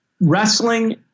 wrestling